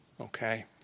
Okay